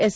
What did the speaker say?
S